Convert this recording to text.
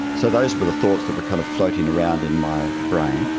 so those were the thoughts that were kind of floating around in my brain.